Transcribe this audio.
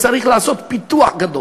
צריך לעשות פיתוח גדול.